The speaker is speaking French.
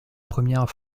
première